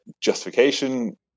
justification